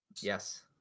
Yes